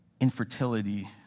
infertility